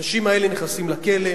האנשים האלה נכנסים לכלא,